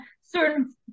certain